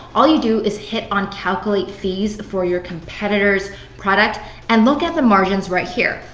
all you do is hit on calculate fees for your competitors product and look at the margins right here.